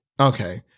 Okay